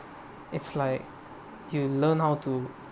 is like you learn how to